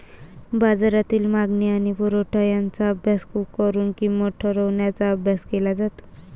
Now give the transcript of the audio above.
बाजारातील मागणी आणि पुरवठा यांचा अभ्यास करून किंमत ठरवण्याचा अभ्यास केला जातो